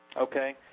Okay